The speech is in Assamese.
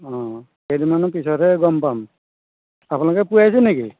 অঁ কেইদিনমানৰ পিছতহে গম পাম আপোনালোকে পুবাইছে নেকি